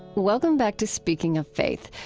welcome back to speaking of faith,